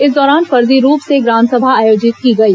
इस दौरान फर्जी रूप से ग्राम सभा आयोजित की गई